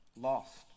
lost